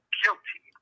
guilty